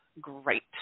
great